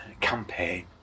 campaign